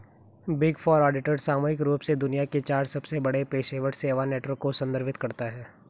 big four auditor सामूहिक रूप से दुनिया के चार सबसे बड़े पेशेवर सेवा नेटवर्क को संदर्भित करता है